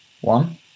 one